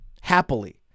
happily